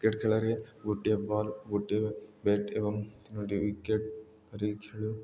cricket ଖେଳରେ ଗୋଟିଏ ball ଗୋଟିଏ ବ୍ୟାଟ୍ ଏବଂ ତିନୋଟି ୱିକେଟ୍ରେ ଖେଳୁ